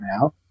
now